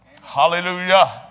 Hallelujah